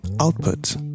output